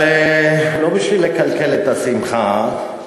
לא בשביל לקלקל את השמחה,